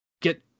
get